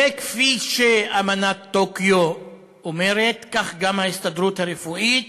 וכפי שהצהרת טוקיו אומרת, כך גם ההסתדרות הרפואית